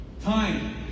time